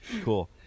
Cool